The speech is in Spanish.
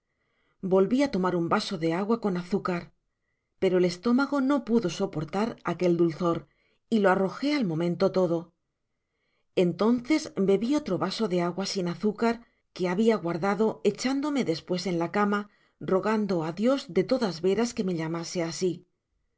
volvi á tomar un vaso de agua con azúcar pero el estómogo no pudo soportar aquel dulzor y jo arrojé al momento todo entonces bebi otro vaso de agua sin azúcar que habia guardado echándome despues en la cama rogando á dios de todas veras que me llamase á